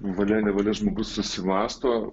valia nevalia žmogus susimąsto